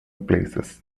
places